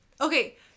Okay